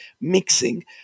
mixing